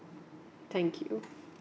thank you